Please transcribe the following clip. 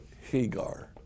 Hagar